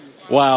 Wow